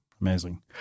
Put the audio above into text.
amazing